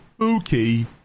okay